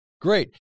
Great